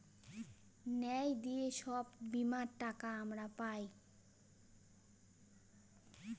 ন্যায় দিয়ে সব বীমার টাকা আমরা পায়